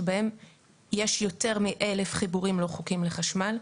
שבהם יש יותר מ-1,000 חיבורים לא חוקיים לחשמל.